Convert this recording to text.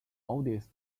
oldest